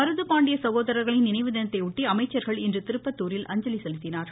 மருது பாண்டிய சகோதரர்களின் நினைவுதினத்தையொட்டி அமைச்சர்கள் இன்று திருப்பத்தூரில் அஞ்சலி செலுத்தினார்கள்